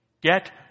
get